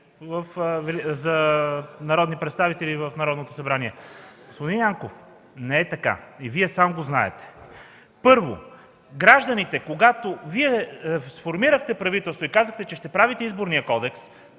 за народни представители в Народното събрание. Господин Янков, не е така и Вие сам го знаете! Първо, когато Вие сформирахте правителство и казахте, че ще правите Изборния кодекс,